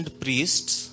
priests